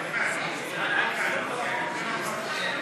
עבודה ומנוחה (תיקון,